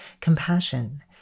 compassion